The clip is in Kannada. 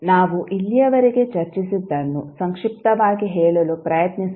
ನಾವು ಇಲ್ಲಿಯವರೆಗೆ ಚರ್ಚಿಸಿದ್ದನ್ನು ಸಂಕ್ಷಿಪ್ತವಾಗಿ ಹೇಳಲು ಪ್ರಯತ್ನಿಸೋಣ